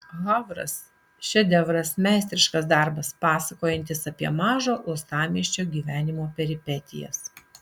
havras šedevras meistriškas darbas pasakojantis apie mažo uostamiesčio gyvenimo peripetijas